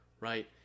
right